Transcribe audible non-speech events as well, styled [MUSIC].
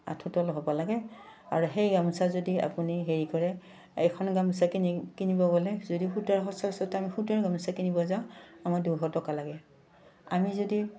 আঠুতল হ'ব লাগে আৰু সেই গামোচা যদি আপুনি হেৰি কৰে এখন গামোচা কিনি কিনিব গ'লে যদি সূতাৰ [UNINTELLIGIBLE] আমি সূতৰ গামোচা কিনিব যাওঁ আমাৰ দুশ টকা লাগে আমি যদি